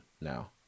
now